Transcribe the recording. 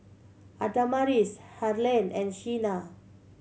Adamaris Harlen and Sheena